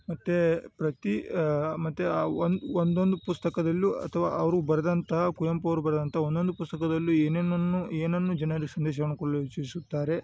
ಮತ್ತು ಪ್ರತಿ ಮತ್ತು ಒಂದು ಒಂದೊಂದು ಪುಸ್ತಕದಲ್ಲು ಅಥ್ವ ಅವರು ಬರೆದಂತಹ ಕುವೆಂಪು ಅವರು ಬರೆದಂಥ ಒನ್ನೊಂದು ಪುಸ್ತಕದಲ್ಲೂ ಏನೇನನ್ನು ಏನನ್ನು ಜನರಿಗೆ ಸಂದೇಶವನ್ನು ಕೊಡಲು ಇಚ್ಛಿಸುತ್ತಾರೆ